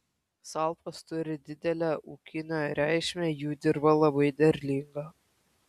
salpos turi didelę ūkinę reikšmę jų dirva labai derlinga